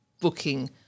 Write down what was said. booking